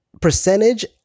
percentage